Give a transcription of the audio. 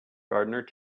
gardener